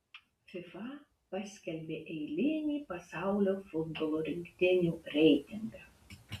fifa paskelbė eilinį pasaulio futbolo rinktinių reitingą